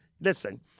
Listen